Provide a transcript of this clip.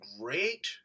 great